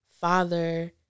father